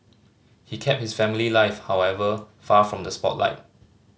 he kept his family life however far from the spotlight